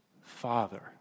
Father